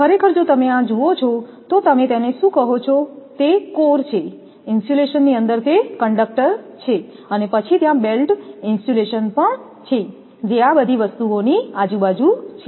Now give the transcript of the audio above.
ખરેખર જો તમે આ જુઓ છો તો તમે તેને શું કહો છો તે કોર છે ઇન્સ્યુલેશનની અંદર તે કંડક્ટર છે અને પછી ત્યાં બેલ્ટ ઇન્સ્યુલેશન પણ છે જે આ બધી વસ્તુઓ ની આજુબાજુ છે